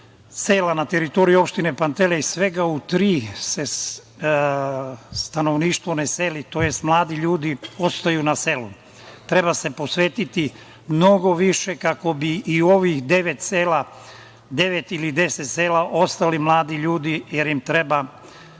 sela na teritoriji opštine Pantelej svega u tri se stanovništvo ne seli, odnosno mladi ljudi ostaju na selu. Treba se posvetiti mnogo više kako bi i ovih devet sela, devet ili deset sela ostali mladi ljudi jer im treba